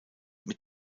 mit